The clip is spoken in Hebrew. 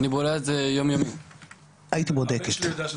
הייתי בודקת.